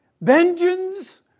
vengeance